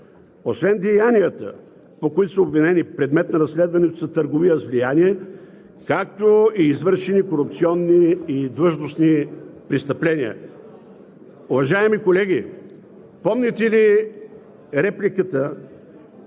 Освен деянията, по които са обвинени, предмет на разследването са търговия с влияние, както и извършени корупционни и длъжностни престъпления. Уважаеми колеги, помните ли репликата